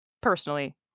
personally